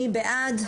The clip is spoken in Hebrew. מי בעד?